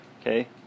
Okay